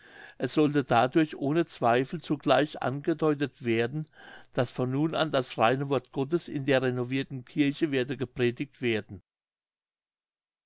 es sollte dadurch ohne zweifel zugleich angedeutet werden daß von nun an das reine wort gottes in der renovirten kirche werde gepredigt werden